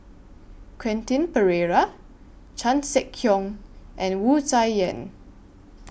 Quentin Pereira Chan Sek Keong and Wu Tsai Yen